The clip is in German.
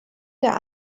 der